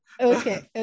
okay